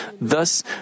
Thus